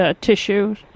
Tissues